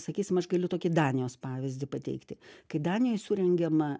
sakysim aš galiu tokį danijos pavyzdį pateikti kai danijoj surengiama